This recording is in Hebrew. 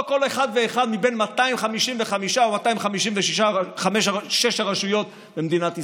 לא כל אחד ואחד מבין 255 או 256 הרשויות במדינת ישראל,